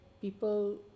people